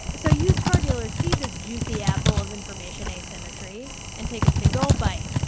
so used car dealers see this juicy apple of information asymmetry and take a big, old bite.